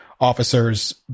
officers